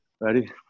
Ready